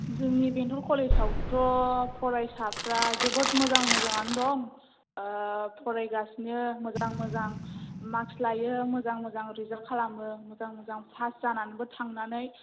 जोंनि बेंथल कलेजआवथ' फरायसाफ्रा जोबोर मोजां मोजाङानो दं फरायगासिनो मोजां मोजां मार्क्स लायो मोजां मोजां रिजाल्ट खालामो मोजां मोजां पास जानानैबो थांनानै